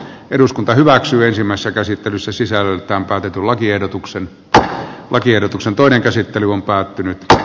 eduskunta hyväksyisimmässä käsittelyssä sisällöltään päätetyn lakiehdotuksen että lakiehdotuksen toinen käsittely on päättynyt